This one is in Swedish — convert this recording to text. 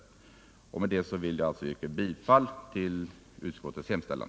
Med det anförda vill jag yrka bifall till utskottets hemställan.